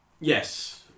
Yes